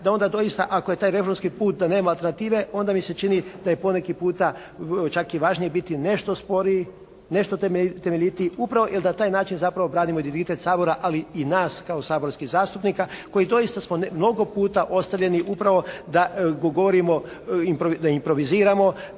da onda doista ako je ta reformski put da nema alternative onda mi se čini da je poneki puta čak i važnije biti nešto sporiji, nešto temeljitiji upravo jer na taj način zapravo branimo identitet Sabora, ali i nas kao saborskih zastupnika koji doista smo mnogo puta ostavljeni upravo da govorimo, da improviziramo